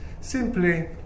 simply